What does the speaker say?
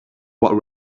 while